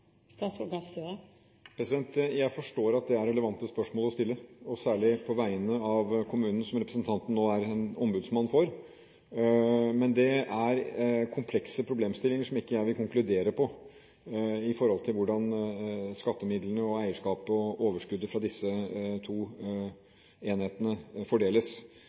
Jeg forstår at dette er et relevant spørsmål å stille, særlig på vegne av kommunen, som representanten nå er en ombudsmann for. Men det er komplekse problemstillinger der jeg ikke vil konkludere, med tanke på hvordan skattemidlene, eierskapet og overskuddet fra disse to enhetene fordeles.